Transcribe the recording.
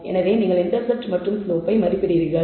எனவே நீங்கள் இன்டர்செப்ட் மற்றும் ஸ்லோப்பை மதிப்பிடுகிறீர்கள்